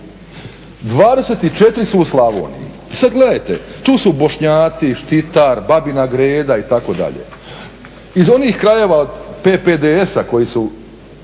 24 su u Slavoniji. I sada gledajte tu su Bošnjaci, Štitar, Babina Greda itd.. Iz onih krajeva PPDS-a koji su